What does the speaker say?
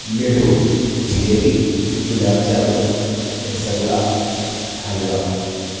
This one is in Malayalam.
ലഡു ജിലേബി ഗുലാബ് ജാമുൻ രസഗുള ഹൽവ